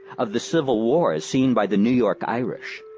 of the civil war as seen by the new york irish,